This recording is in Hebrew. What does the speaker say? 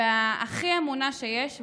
הכי באמונה שיש.